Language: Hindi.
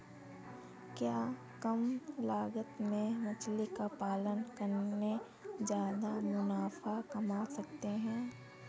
क्या कम लागत में मछली का पालन करके ज्यादा मुनाफा कमा सकते हैं?